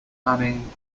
planning